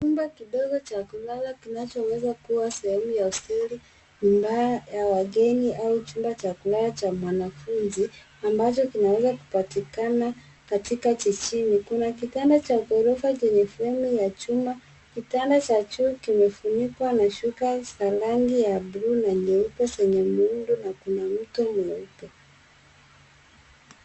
Chumba kidogo cha kulala kinacoweza kuwa sehemu ya hosteli, nyumba ya wageni au chumba cha kulala cha mwanafunzi ambacho kinaweza kupatikana katika jijini. Kuna kitanda cha ghorofa chenye fremu ya chuma. Kitanda cha chuo kimefunikwa na shuka za rangi ya buluu na nyeupe, zina muundo na kuna mto mweupe.